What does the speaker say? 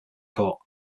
court